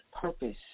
purpose